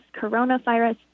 Coronavirus